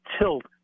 tilt